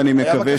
ואני מקווה